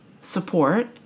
support